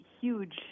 huge